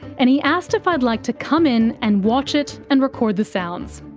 and he asked if i'd like to come in and watch it and record the sounds.